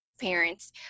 parents